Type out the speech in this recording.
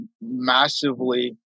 massively